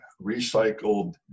recycled